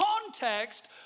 context